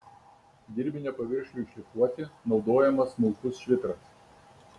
dirbinio paviršiui šlifuoti naudojamas smulkus švitras